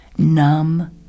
numb